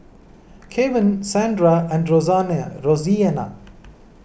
Kevan Sandra and Roseanna